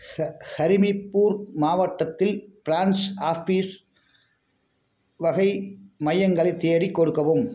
ஹ ஹரிமிப்பூர் மாவட்டத்தில் branch office வகை மையங்களை தேடிக் கொடுக்கவும்